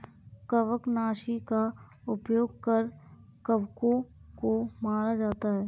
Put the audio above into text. कवकनाशी का उपयोग कर कवकों को मारा जाता है